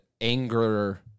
anger